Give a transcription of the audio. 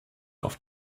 auf